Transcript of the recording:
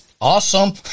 Awesome